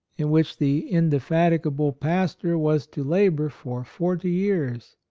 in which the indefati gable pastor was to labor for forty years,